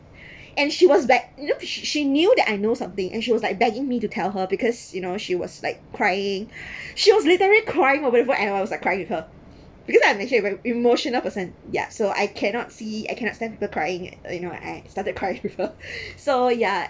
and she was like knew~ she knew that I know something and she was like begging me to tell her because you know she was like crying she was literally crying over the phone and I was like crying with her because I'm actually very emotional person ya so I cannot see I cannot stand people crying uh you know I started crying with her so yeah